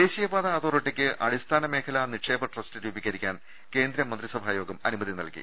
ദേശീയപാതാ അതോറിറ്റിക്ക് അടിസ്ഥാന മേഖല നിക്ഷേപ ട്രസ്റ്റ് രൂപീക രിക്കാൻ കേന്ദ്രമന്ത്രിസഭാ യോഗം അനുമതി നൽകി